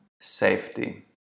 safety